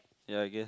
ya I guess